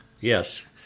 Yes